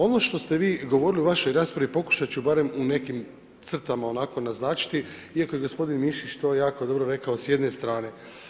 Ono što ste vi govorili u vašoj raspravi pokušat ću barem u nekim crtama onako naznačiti, iako je gospodin Mišić to jako dobro rekao s jedne strane.